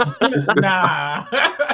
Nah